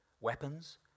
weapons